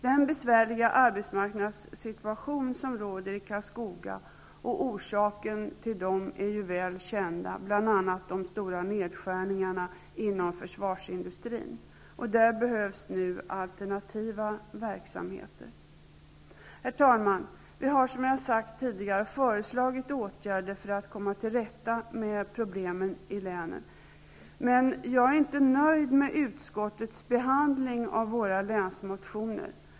Den besvärliga arbetsmarknadssituation som råder i Karlskoga och orsakerna till den är väl kända, bl.a. de stora nedskärningarna inom försvarsindustrin. Där behövs nu alternativa verksamheter. Herr talman! Vi har, som jag har sagt tidigare, föreslagit åtgärder för att man skall komma till rätta med problemen i länet. Men jag är inte nöjd med utskottets behandling av våra länsmotioner.